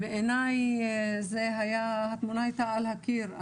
בעיניי התמונה הייתה על הקיר.